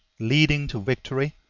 leading to victory,